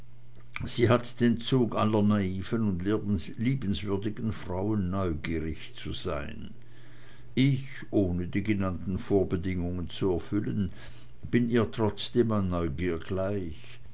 sie hat den zug aller naiven und liebenswürdigen frauen neugierig zu sein ich ohne die genannten vorbedingungen zu erfüllen bin ihr trotzdem an neugier gleich